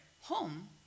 home